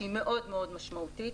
שהיא מאוד מאוד משמעותית,